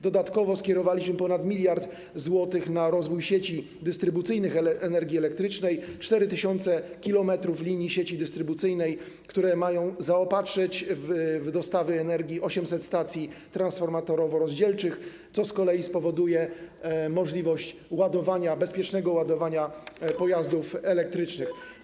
Dodatkowo skierowaliśmy ponad 1 mld zł na rozwój sieci dystrybucyjnych energii elektrycznej, 4 tys. km linii sieci dystrybucyjnych, które mają zaopatrzyć w dostawy energii 800 stacji transformatorowo-rozdzielczych, co z kolei spowoduje możliwość bezpiecznego ładowania pojazdów elektrycznych.